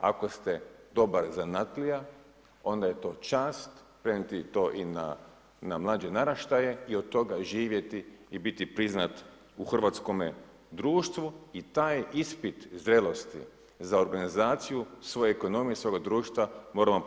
Ako ste dobar zanatlija, onda je to čast prenijeti to i na mlađe naraštaje i od toga živjeti i biti priznat u hrvatskome društvu i taj ispit zrelosti za organizaciju svoje ekonomije i svoga društva moramo položiti.